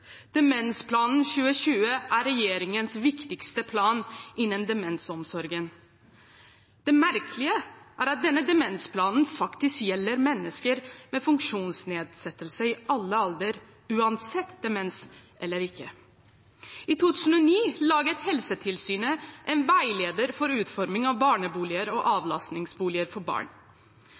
demensplanen faktisk gjelder mennesker med funksjonsnedsettelser i alle aldre, uansett demens eller ikke. I 2009 laget Helsetilsynet en veileder for utforming av barneboliger og avlastningsboliger for barn.